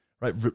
right